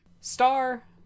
Star